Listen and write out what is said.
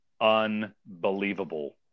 unbelievable